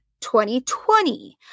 2020